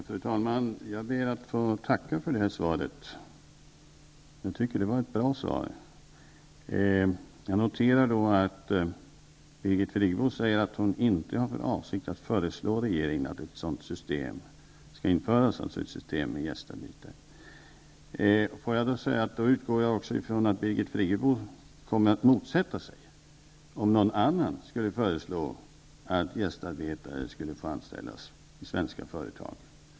Fru talman! Jag ber att få tacka för svaret. Jag tycker att det var ett bra svar. Jag noterar att Birgit Friggebo säger att hon inte har för avsikt att föreslå regeringen att ett system med gästarbetare skall införas. Jag utgår då ifrån att Birgit Friggebo också kommer att motsätta sig om någon annan skulle föreslå att gästarbetare skulle få anställas i svenska företag.